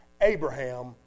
Abraham